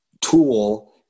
tool